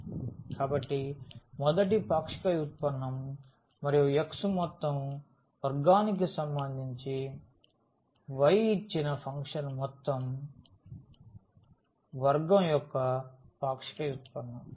కాబట్టి మొదటి పాక్షిక వ్యుత్పన్నం మరియు x మొత్తం వర్గానికి సంబంధించి y ఇచ్చిన ఫంక్షన్ మొత్తం వర్గం యొక్క పాక్షిక వ్యుత్పన్నం